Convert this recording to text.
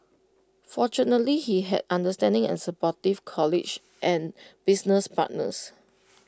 fortunately he has understanding and supportive college and business partners